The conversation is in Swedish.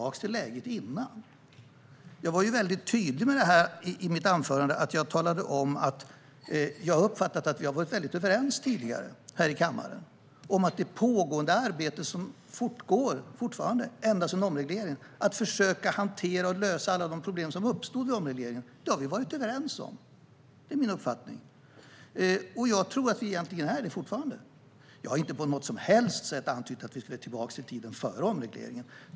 Jag var väldigt tydlig i mitt anförande. Jag talade om att jag har uppfattat att vi tidigare har varit överens här i kammaren om det arbete som har pågått ända sedan omregleringen för att försöka hantera och lösa alla de problem som uppstod då. Detta har vi varit överens om - det är min uppfattning - och jag tror att vi egentligen är det fortfarande. Jag har inte på något som helst sätt antytt att vi ska tillbaka till tiden före omregleringen.